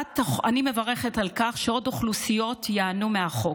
אני מברכת על כך שעוד אוכלוסיות ייהנו מהחוק.